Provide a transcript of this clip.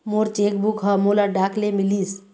मोर cheque book ह मोला डाक ले मिलिस